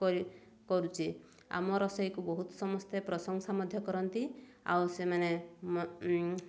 କରୁଛି ଆମ ରୋଷେଇକୁ ବହୁତ ସମସ୍ତେ ପ୍ରଶଂସା ମଧ୍ୟ କରନ୍ତି ଆଉ ସେମାନେ